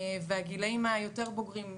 הגילים היותר בוגרים,